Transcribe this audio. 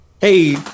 Hey